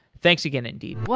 thanks again, indeed